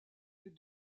les